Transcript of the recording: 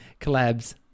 collabs